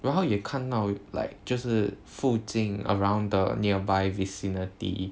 然后也看到 like 就是附近 around the nearby vicinity